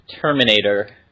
Terminator